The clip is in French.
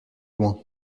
loin